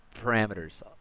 parameters